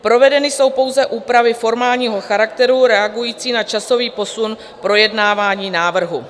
Provedeny jsou pouze úpravy formálního charakteru reagující na časový posun projednávání návrhu.